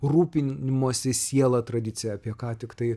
rūpinimosi siela tradiciją apie ką tiktai